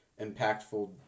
impactful